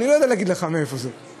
אני לא יודע להגיד לך מאיפה זה,